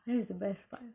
that is the best part